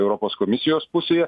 europos komisijos pusėje